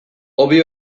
hobe